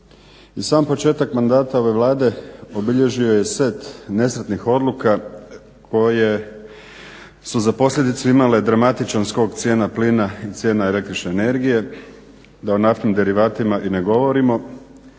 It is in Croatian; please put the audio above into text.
sam početak mandata ove Vlade obilježio je set nesretnih odluka koje su za posljedicu imale dramatičan skok cijena plina i cijena električne energije da o naftnim derivatima i ne govorimo